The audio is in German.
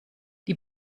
die